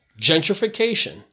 gentrification